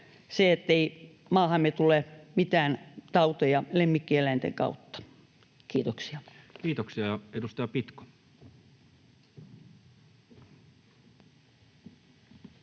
se, ettei maahamme tule mitään tauteja lemmikkieläinten kautta. — Kiitoksia. [Speech 93]